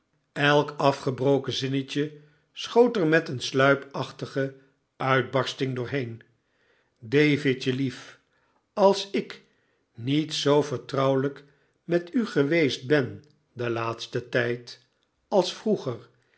gebaand elk'afgebroken zinnetje schoot er met een stuipachtige uitbarsting doorheen davidje lief als ik niet zoo vertrouwelijk met u geweest ben den laatsten tijd als vroeger